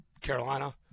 Carolina